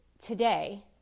Today